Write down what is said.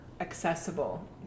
accessible